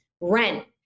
rent